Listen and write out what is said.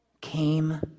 came